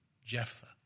Jephthah